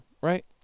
Right